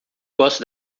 gosto